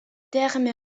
terme